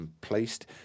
placed